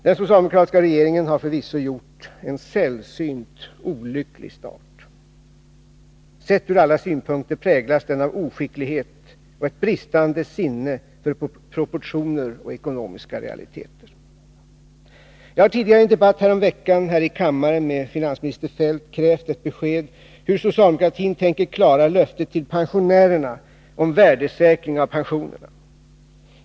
Den socialdemokratiska regeringen har förvisso gjort en sällsynt olycklig start. Sett från alla synpunkter präglas den av oskicklighet och ett bristande sinne för proportioner och ekonomiska realiteter. Jag har i en debatt häromveckan här i kammaren med finansminister Feldt krävt ett besked om hur socialdemokatrin tänker klara löftet till pensionärerna om värdesäkring av pensionerna.